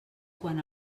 quan